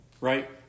right